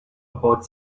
about